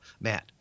Matt